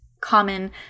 common